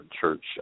church